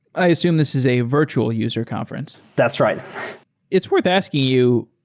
i assume this is a virtual user conference. that's right it's worth asking you,